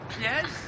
Yes